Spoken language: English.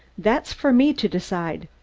that's for me to decide,